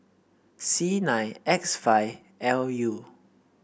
C nine X five L U